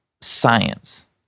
science